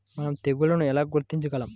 మనం తెగుళ్లను ఎలా గుర్తించగలం?